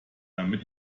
damit